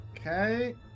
Okay